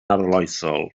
arloesol